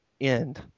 end